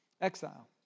Exile